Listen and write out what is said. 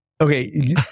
Okay